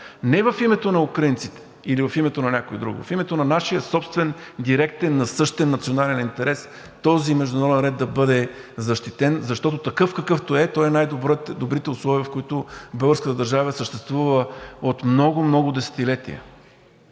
не в името на украинците и в името на някой друг, в името на нашия собствен директен насъщен национален интерес този международен ред да бъде защитен, защото такъв, какъвто е, той е най-добрите условия, в които българската държава е съществувала от много, много десетилетия.